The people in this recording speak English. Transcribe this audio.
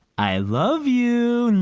i love you.